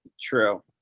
True